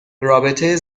رابطه